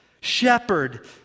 shepherd